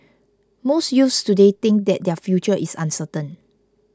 most youths today think that their future is uncertain